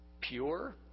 pure